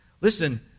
listen